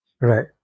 Right